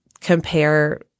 compare